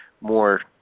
more